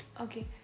okay